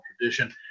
Tradition